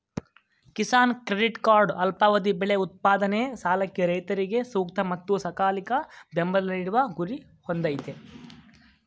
Kisan credit card ಅಲ್ಪಾವಧಿ ಬೆಳೆ ಉತ್ಪಾದನೆ ಸಾಲಕ್ಕೆ ರೈತರಿಗೆ ಸೂಕ್ತ ಮತ್ತು ಸಕಾಲಿಕ ಬೆಂಬಲ ನೀಡುವ ಗುರಿ ಹೊಂದಯ್ತೆ